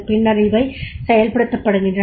பின்னர் அவை செயல்படுத்தப்படுகின்றன